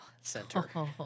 Center